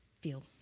feel